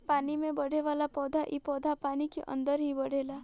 पानी में बढ़ेवाला पौधा इ पौधा पानी के अंदर ही बढ़ेला